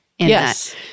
yes